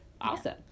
Awesome